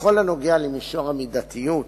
בכל הנוגע למישור המידתיות